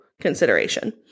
consideration